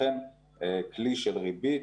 לכן כלי של ריבית